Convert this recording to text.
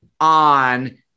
on